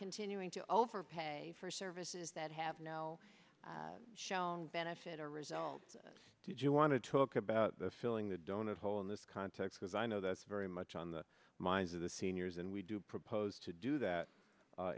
continuing to overpay for services that have no shown benefit or results did you want to talk about the filling the donut hole in this context as i know that's very much on the minds of the seniors and we do propose to do that